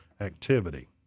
activity